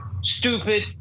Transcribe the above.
stupid